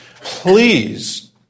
Please